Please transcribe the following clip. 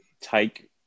take